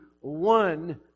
one